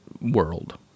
world